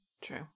true